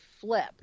flip